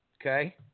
Okay